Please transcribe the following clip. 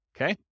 Okay